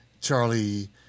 Charlie